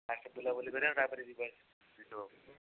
first ବୁଲାବୁଲି କରିବା ପରା ତାପରେ ଯିବା ଭିଡ଼ିଓ କରିବା